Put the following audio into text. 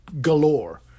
galore